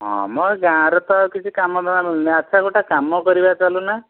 ହଁ ମ ଗାଁରେ ତ କିଛି କାମ ଧନ୍ଧା ମିଳୁନି ଆଚ୍ଛା ଗୋଟେ କାମ କରିବା ଚାଲୁନ